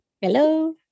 Hello